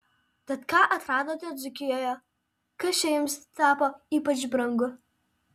tad ką atradote dzūkijoje kas čia jums tapo ypač brangu